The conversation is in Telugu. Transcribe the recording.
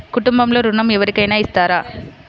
కుటుంబంలో ఋణం ఎవరికైనా ఇస్తారా?